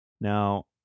Now